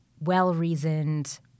well-reasoned